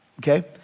okay